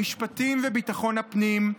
המשפטים וביטחון הפנים,